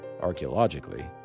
archaeologically